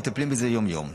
מטפלים בזה יום-יום.